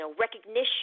recognition